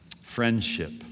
Friendship